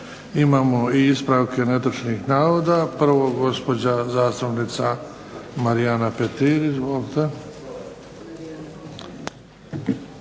Imamo i ispravke netočnih navoda. Prvo gospođa zastupnica Marijana Petir. Izvolite.